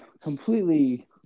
completely